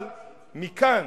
אבל מכאן